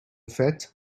fait